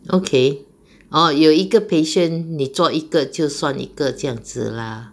okay orh 有一个 patient 你做一个就算一个这样子 lah